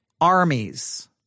armies